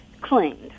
cleaned